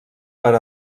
per